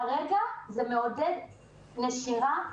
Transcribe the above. כרגע, זה מעודד נשירה.